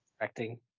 acting